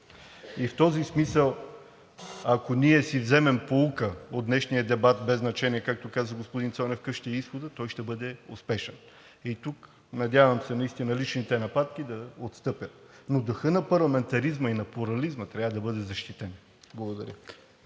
И в този смисъл, ако ние си вземем поука от днешния дебат, без значение, както каза господин Цонев, какъв ще е изходът, той ще бъде успешен. Тук, надявам се, наистина личните нападки да отстъпят, но духът на парламентаризма и на плурализма трябва да бъде защитен. Благодаря.